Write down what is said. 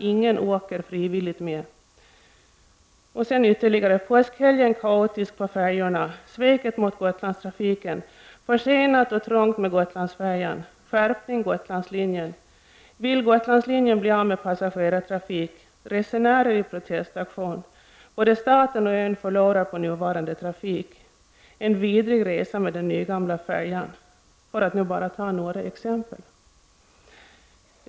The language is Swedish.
Både staten och ön förlorar på nuvarande trafik. En vidrig resa med den nygamla färjan. Detta är bara några exempel.